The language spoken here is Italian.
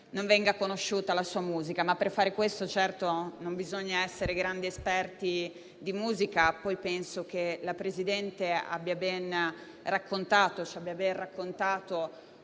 non sia conosciuta la sua musica, ma per far questo non bisogna certo essere grandi esperti di musica. Penso altresì che il Presidente ci abbia ben raccontato